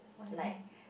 like